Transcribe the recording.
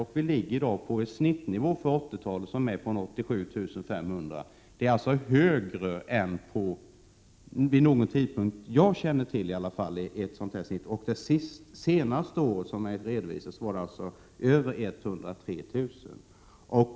Snittnivån för 1980-talet ligger i dag på 87 500, vilket är ett högre antal repetitionsutbildade än vi såvitt jag säger till har haft vid någon tidpunkt. Det senast redovisade året uppgick antalet till över 103 000.